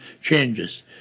changes